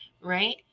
right